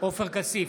עופר כסיף,